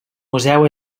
museu